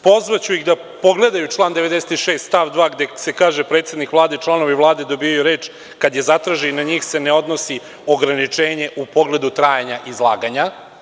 Pozvaću ih da pogledaju član 96. stav 2. gde se kaže – predsednik Vlade i članovi Vlade dobijaju reč kad je zatraže i na njih se ne odnosi ograničenje u pogledu trajanja izlaganja.